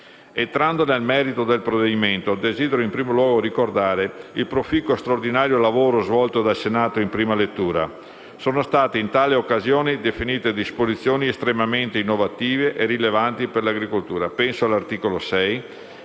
Entrando negli merito del provvedimento, desidero in primo luogo ricordare il proficuo e straordinario lavoro svolto dal Senato in prima lettura. Sono state in tale occasione definite disposizioni estremamente innovative e rilevanti per l'agricoltura: penso all'articolo 6,